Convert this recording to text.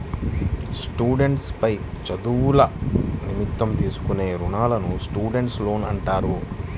students పై చదువుల నిమిత్తం తీసుకునే రుణాలను స్టూడెంట్స్ లోన్లు అంటారు